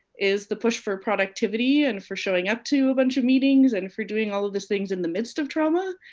is the push for productivity and for showing up to a bunch of meetings and for doing all of these things in the midst of trauma.